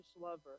lover